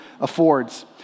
affords